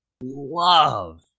love